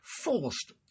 forced